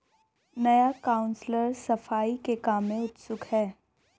नया काउंसलर सफाई के काम में उत्सुक है